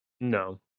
No